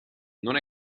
non